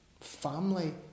family